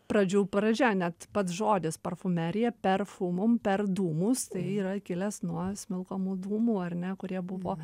pradžių pradžia net pats žodis parfumerija perfumum per dūmus tai yra kilęs nuo smilkomų dūmų ar ne kurie buvo